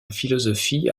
philosophie